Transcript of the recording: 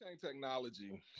technology